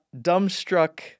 dumbstruck